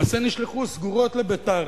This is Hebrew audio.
למעשה נשלחו סגורות לבית"ר,